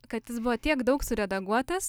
kad jis buvo tiek daug suredaguotas